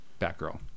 Batgirl